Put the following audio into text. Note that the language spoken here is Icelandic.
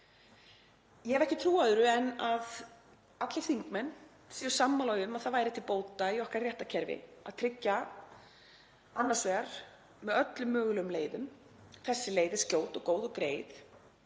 Ég hef ekki trú á öðru en að allir þingmenn séu sammála um að það væri til bóta í okkar réttarkerfi að tryggja annars vegar með öllum mögulegum leiðum — þessi leið er skjót og góð og greið